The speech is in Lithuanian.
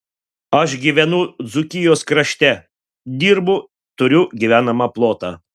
aš gyvenu dzūkijos krašte dirbu turiu gyvenamą plotą